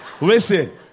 Listen